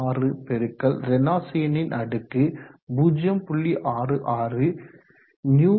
26 பெருக்கல் ரேனால்ட்ஸ் எண்ணின் அடுக்கு 0